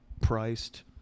priced